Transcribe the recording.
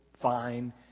fine